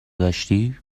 داشتی